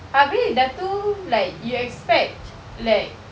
abeh dah tu like you expect like